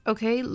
Okay